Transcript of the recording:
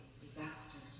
disasters